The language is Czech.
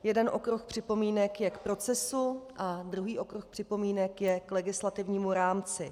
Jeden okruh připomínek je k procesu a druhý okruh připomínek je k legislativnímu rámci.